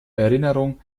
erinnerung